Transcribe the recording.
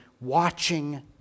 Watching